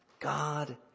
God